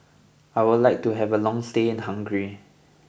I would like to have a long stay in Hungary